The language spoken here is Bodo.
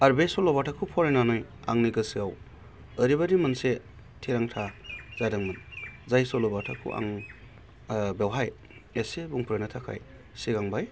आर बे सल'बाथाखौ फरायनानै आंनि गोसोयाव ओरैबादि मोनसे थिरांथा जादोंमोन जाय सल'बाथाखौ आं बेवहाय एसे बुंफोरनो थाखाय सिगांबाय